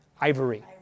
ivory